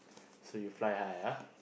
so you fly high ah